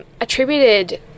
attributed